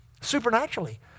supernaturally